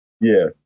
Yes